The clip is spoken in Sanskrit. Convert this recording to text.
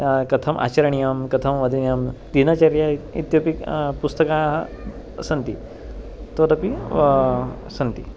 कथम् आचरणीयं कथं वदनीयं दिनचर्या इति इत्यपि पुस्तकानि सन्ति तदपि वा सन्ति